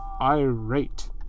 irate